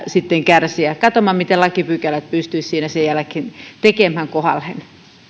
sitten kärsiä katsotaan miten lakipykälät pystyisi siinä sen jälkeen tekemään kohdalleen